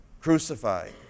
crucified